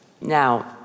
Now